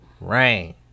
Rain